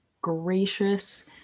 gracious